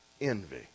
envy